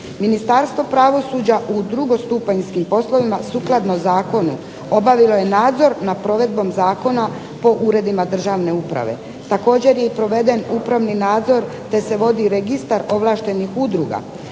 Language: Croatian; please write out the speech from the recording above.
Ministarstvo pravosuđa u drugostupanjskim poslovima sukladno zakonu obavilo je nadzor na provedbom zakona po uredima državne uprave. Također je i proveden upravni nadzor, te se vodi registar ovlaštenih udruga.